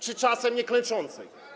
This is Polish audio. Czy czasem nie klęczącej?